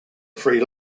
three